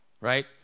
right